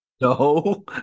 No